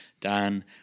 Dan